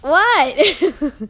what